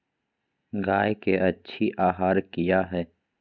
गाय के अच्छी आहार किया है?